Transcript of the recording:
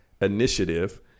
initiative